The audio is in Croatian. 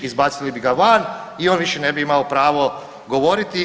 Izbacili bi ga van i on više ne bi imao pravo govoriti.